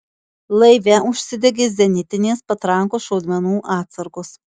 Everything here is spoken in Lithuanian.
laive užsidegė zenitinės patrankos šaudmenų atsargos